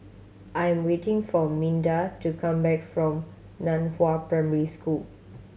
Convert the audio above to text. I am waiting for Minda to come back from Nan Hua Primary School